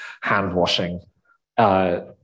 hand-washing